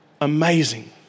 amazing